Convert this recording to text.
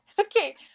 Okay